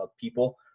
people